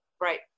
Right